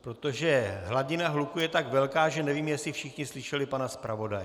Protože hladina hluku je tak velká, že nevím, jestli všichni slyšeli pana zpravodaje.